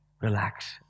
relax